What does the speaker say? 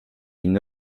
une